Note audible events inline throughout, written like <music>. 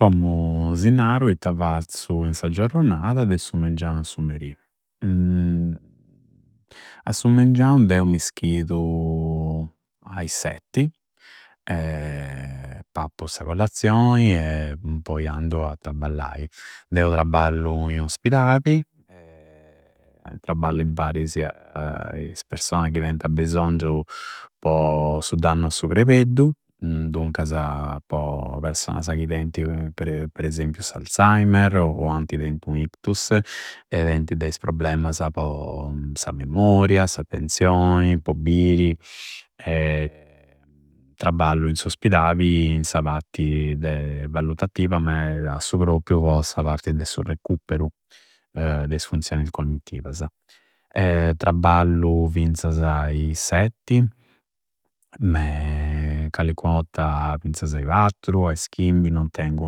Commu si naru itta fazzu in sa giorronada de su mengiau a su merì. A su mengiau deu mi schidu a i setti <hesitation> pappu sa collazioi e poi andu a trabbalai. Deu trabbalu i un Ospedabi <hesitation> traballu imparisi a is persona ca teinti bisongiu po su dannu a su crebeddu, duncasa po personasa chi teinti per esempiu s'Alzheimer o anti tentu u'ictus e teinti de is probelmasa po sa memoria, s'attenzioni, po biri. <hesitation> Traballu in s'Ospedabi in sa patti de valluttativa me a su proippriu po sa parti de su recuperu <hesitation> de is funzioisi cognitivasa. <hesitation> Traballu finzasa a i setti me callincu'otta finzasa a i battru a is chimbi; non tengu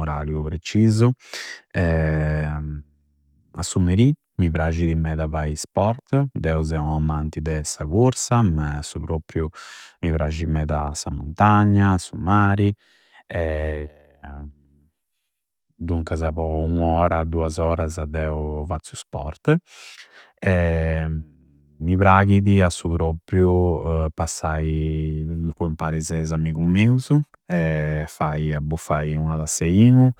u'orariu precisu. <hesitation> A su meri, mi prascidi meda fai sport, deu seu u amanti de sa cursa, ma a su propriu mi prasci meda sa montagna, su mari <hesitation> duncasa po u ora, duas orasa deu fazzu sport. <hesitation> Mi praghidi a su propriu passai imparisi a is amigus miusu <hesitation> fai, a buffai ua tassa e biu.